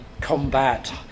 combat